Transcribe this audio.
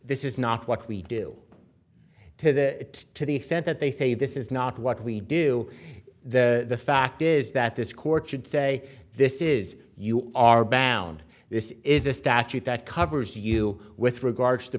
this is not what we do to that to the extent that they say this is not what we do the fact is that this court should say this is you are balland this is a statute that covers you with regards to